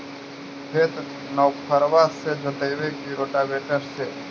खेत नौफरबा से जोतइबै की रोटावेटर से?